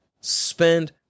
spend